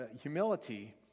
Humility